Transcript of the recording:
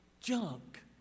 junk